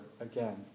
again